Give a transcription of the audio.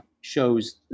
shows